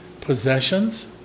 possessions